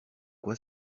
quoi